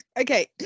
Okay